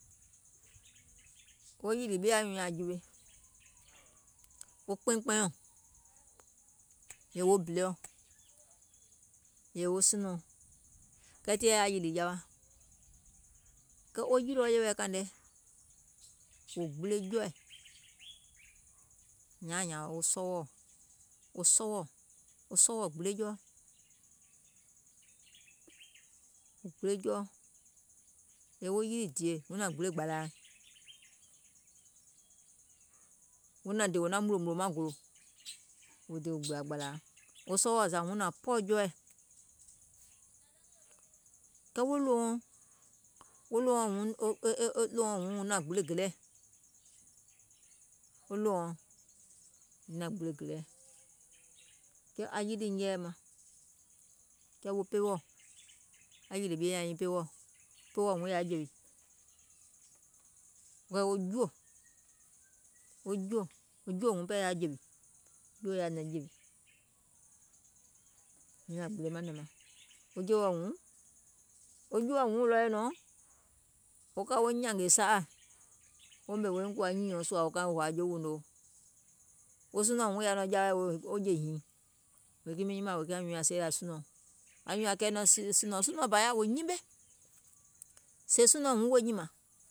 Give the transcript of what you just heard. Wo yìlì ɓieɔ̀ kȧìŋ nɛ anyùùŋ nyaŋ jiwe, wo kpɛinkpɛiɔ̀ŋ, yèè wo biliɔ̀, yèè wo sunɔ̀ɔŋ, kɛɛ tii yaȧ yìlì jawa, kɛɛ wo yilìɔ yè wɛɛ̀ kȧìŋ nɛ, wò gbile jɔɔɛ̀, wo sɔwɔɔ̀, wo sɔwɔɔ̀, wo sɔwɔɔ̀ gbile jɔɔ, wò gbile jɔɔ, yèè wo yilì dìè huŋ nȧŋ gbile gbȧlȧa, hun nȧŋ dè wò naŋ mùnlòmùnlò maŋ gòlò, wò dè gbìlȧ gbàlȧa, wo sɔwɔɔ̀ zȧ huŋ nȧŋ pɔɔ̀ jɔɔɛ̀, kɛɛ wo ɗòwouɔ̀ŋ, wo ɗòwouɔ̀ŋ huŋ nȧŋ gbile gèleɛ̀, wo ɗòwouɔ̀ŋ, huŋ nȧŋ gbile gèleɛ̀, kɛɛ aŋ yilì nyɛɛ̀ɛ̀ maŋ, kɛɛ wo peweɔ̀, aŋ yìlì ɓie nyȧŋ nyiiŋ, peweɔ̀, wo peweɔ̀ huŋ yaȧ jèwì, wo juò, wo juò, wo juò wuŋ pɛɛ yaȧ jèwì, jùò yaȧ nɛ̀ŋ jèwì, nyiŋ nȧŋ gbile nɛ̀ŋ maŋ, wo juòɔ huŋ, wo juòɔ huŋ ready nɔŋ wo ka nyȧngè saaȧ, wo ɓemè wò kòȧ nyììɔŋ sùȧ wo koȧ hòȧ jewìuŋ noo, wo sunɔ̀ɔŋ huŋ yaȧ nɔŋ jawaì wèè wo jè hììŋ, miŋ nyimȧȧŋ wèè kiìŋ nyùùŋ nyaŋ seelȧ sunɔ̀ɔŋ, anyùùŋ nyaŋ kɛɛnɛ̀ŋ sunɔ̀ɔŋ, sunɔ̀ɔŋ bȧuŋ yaȧo wò nyimè, sèè sunɔ̀ɔŋ huŋ wo nyìmàŋ